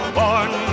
born